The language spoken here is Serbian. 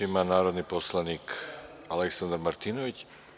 Reč ima narodni poslanik Aleksandar Martinović.